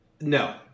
No